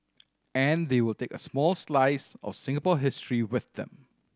and they will take a small slice of Singapore history with them